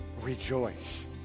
rejoice